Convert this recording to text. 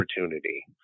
opportunity